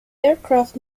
aircraft